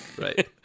Right